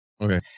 okay